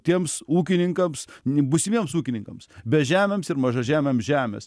tiems ūkininkams n būsimiems ūkininkams bežemiams ir mažažemiams žemės